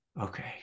okay